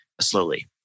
slowly